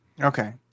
okay